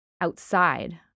outside